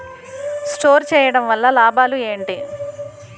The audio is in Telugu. స్టోర్ చేయడం వల్ల లాభాలు ఏంటి?